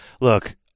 Look